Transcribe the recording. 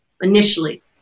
initially